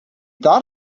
thought